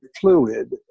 fluid